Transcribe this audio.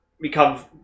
become